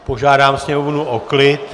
Požádám sněmovnu o klid.